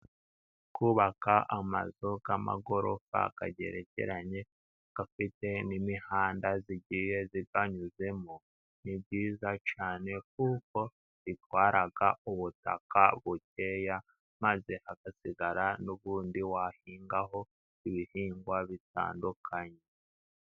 Kubaka amazu y'amagorofa agerekeranye afite n'imihanda igiye iyanyuzemo ni byiza cyane. kuko bitwara ubutaka bukeya, maze hagasigara n'ubundi wahingaho ibihingwa bitandukanye.